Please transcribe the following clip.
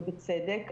ובצדק,